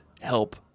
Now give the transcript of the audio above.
help